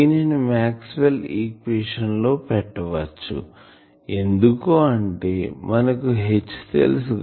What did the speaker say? దీనిని Maxwell equation Maxwell's equationలో పెట్ట వచ్చు ఎందుకు అంటే మనకు H తెలుసు